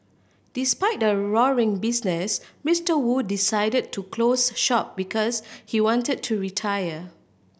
despite the roaring business Mister Wu decided to close shop because he wanted to retire